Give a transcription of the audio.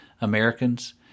Americans